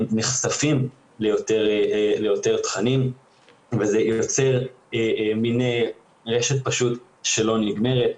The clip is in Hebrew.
הם נחשפים ליותר תכנים וזה יוצר מן רשת פשוט שלא נגמרת.